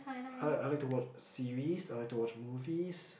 I like I like to watch series I like to watch movies